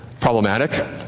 problematic